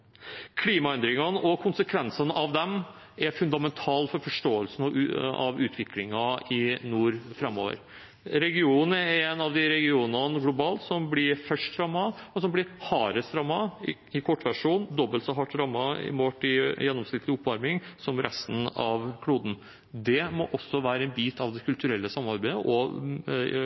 konsekvensene av dem er fundamentalt for forståelsen av utviklingen i nord framover. Regionen er en av de regionene globalt som blir først rammet, og som blir hardest rammet – i kortversjon dobbelt så hardt rammet målt i gjennomsnittlig oppvarming som resten av kloden. Det må også være en bit av det kulturelle samarbeidet